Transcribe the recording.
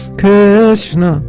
Krishna